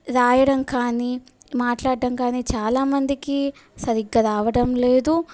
రాయడం కానీ మాట్లాడడం కానీ చాలా మందికి సరిగ్గా రావడం లేదు